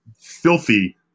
filthy